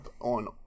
on